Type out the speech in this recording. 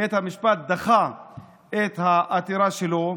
בית המשפט דחה את העתירה שלו.